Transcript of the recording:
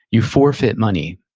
you forfeit money.